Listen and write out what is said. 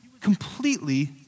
completely